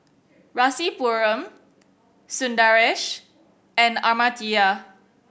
Rasipuram Sundaresh and Amartya